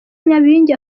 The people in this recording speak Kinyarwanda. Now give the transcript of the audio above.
nyabingi